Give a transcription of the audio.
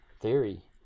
theory